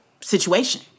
situation